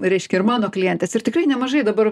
reiškia ir mano klientes ir tikrai nemažai dabar